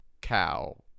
cow